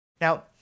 Now